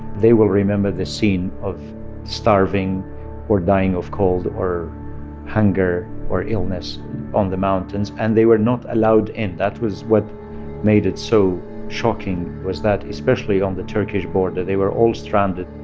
they will remember this scene of starving or dying of cold or hunger or illness on the mountains, and they were not allowed in. that was what made it so shocking was that especially on the turkish border, they were all stranded.